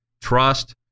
trust